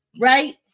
Right